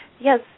Yes